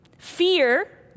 Fear